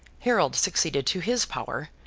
harold succeeded to his power,